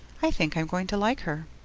i think i'm going to like her.